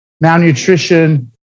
malnutrition